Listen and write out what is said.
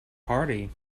party